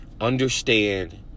understand